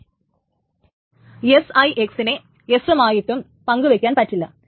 SIX നെ S മായിട്ടും പങ്കു വയ്ക്കുവാൻ പറ്റില്ല